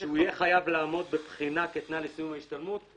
שהוא יהיה חייב לעמוד בבחינה כתנאי לסיום ההשתלמות.